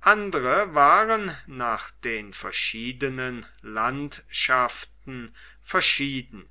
andere waren nach den verschiedenen landschaften verschieden